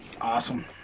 Awesome